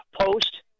post